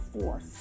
force